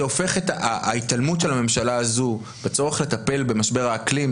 זה הופך את ההתעלמות של הממשלה הזו בצורך לטפל במשבר האקלים,